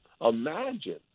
imagine